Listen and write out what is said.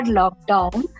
lockdown